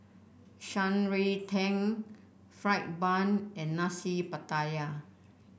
Shan Rui Tang fried bun and Nasi Pattaya